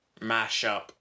mashup